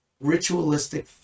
ritualistic